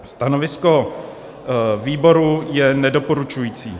Stanovisko výboru je nedoporučující.